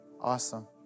Awesome